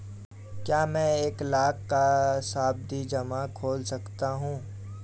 क्या मैं एक लाख का सावधि जमा खोल सकता हूँ?